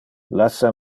lassa